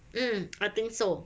mm I think so